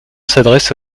s’adresse